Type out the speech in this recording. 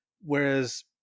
Whereas